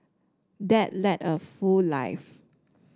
dad led a full life